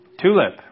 Tulip